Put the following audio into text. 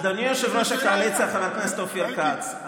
אדוני יושב-ראש הקואליציה חבר הכנסת אופיר כץ,